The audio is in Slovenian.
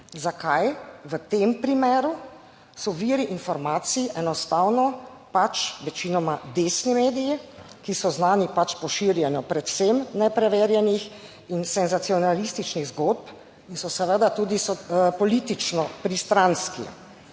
Zakaj? V tem primeru so viri informacij enostavno pač večinoma desni mediji, ki so znani pač po širjenju predvsem nepreverjenih in senzacionalističnih zgodb in so seveda tudi politično pristranski